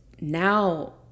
now